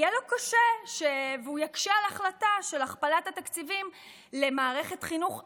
יהיה לו קשה והוא יקשה על החלטה של הכפלת התקציבים למערכת חינוך אדירה,